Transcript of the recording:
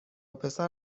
پسر